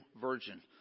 virgin